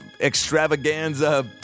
extravaganza